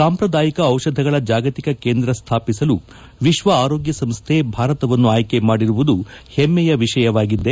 ಸಾಂಪ್ರದಾಯಿಕ ಔಷಧಗಳ ಜಾಗತಿಕ ಕೇಂದ್ರ ಸ್ಥಾಪಿಸಲು ವಿಶ್ವ ಆರೋಗ್ಯ ಸಂಸ್ಠೆ ಭಾರತವನ್ನು ಆಯ್ಕೆ ಮಾಡಿರುವುದು ಹೆಮ್ಮೆಯ ವಿಷಯವಾಗಿದೆ